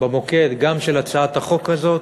במוקד גם של הצעת החוק הזאת,